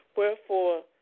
Wherefore